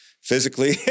physically